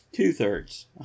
Two-thirds